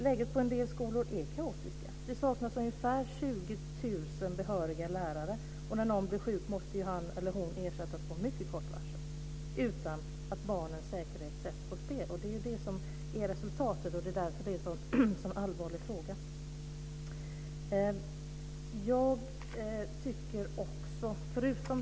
Läget på en del skolor är kaotiskt. Det saknas ungefär 20 000 behöriga lärare. När någon blir sjuk måste han eller hon ersättas med mycket kort varsel utan att barnens säkerhet sätts på spel. Det är det som är resultatet. Det är därför detta är en sådan allvarlig fråga.